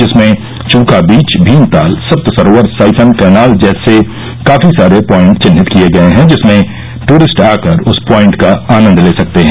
जिसमें चूका बीच भीमताल सप्त सरोवर साइफन कैनाल जैसे काफी सारे पॉइन्ट चिन्हित किये गए हैं जिसमें टूरिस्ट आकर उस पॉइन्ट का आनंद ले सकते हैं